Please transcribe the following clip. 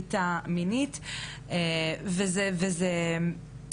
בגלל שאנחנו מדברים על חברה שהיא חברה סגורה.